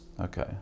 Okay